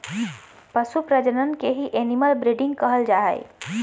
पशु प्रजनन के ही एनिमल ब्रीडिंग कहल जा हय